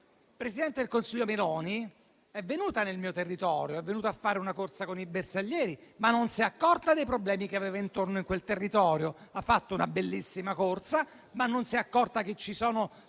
La presidente del Consiglio Meloni è venuta nel mio territorio, ha fatto una corsa con i bersaglieri, ma non si è accorta dei problemi che aveva intorno quel territorio. Ha fatto una bellissima corsa, ma non si è accorta che ci sono tantissimi